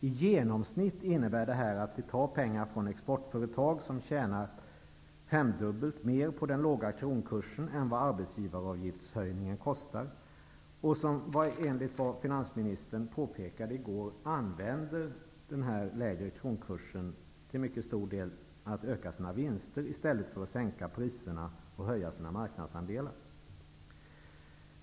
I genomsnitt innebär detta att vi tar pengar från exportföretag som tjänar femdubbelt mer på den låga kronkursen än vad arbetsgivaravgiftshöjningen kostar och som enligt vad finansministern påpekade i går använder denna lägre kronkurs till stor del till att öka sina vinster, i stället för att sänka priserna, och höja sina marknadsandelar.